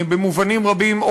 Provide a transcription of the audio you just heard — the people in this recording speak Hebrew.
במובנים רבים,